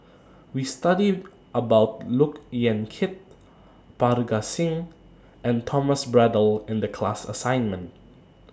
We studied about Look Yan Kit Parga Singh and Thomas Braddell in The class assignment